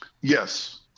yes